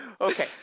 Okay